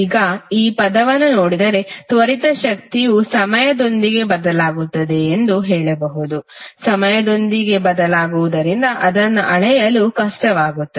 ಈಗ ಈ ಪದವನ್ನು ನೋಡಿದರೆ ತ್ವರಿತ ಶಕ್ತಿಯು ಸಮಯದೊಂದಿಗೆ ಬದಲಾಗುತ್ತದೆ ಎಂದು ಹೇಳಬಹುದು ಸಮಯದೊಂದಿಗೆ ಬದಲಾಗುವುದರಿಂದ ಅದನ್ನು ಅಳೆಯಲು ಕಷ್ಟವಾಗುತ್ತದೆ